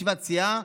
ישיבת סיעה,